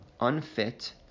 unfit